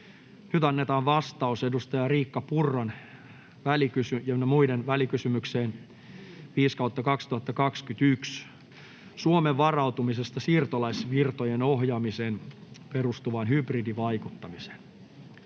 Nyt annetaan vastaus edustaja Riikka Purran ynnä muiden välikysymykseen VK 5/2021 vp Suomen varautumisesta siirtolaisvirtojen ohjaamiseen perustuvaan hybridivaikuttamiseen.